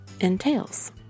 entails